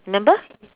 remember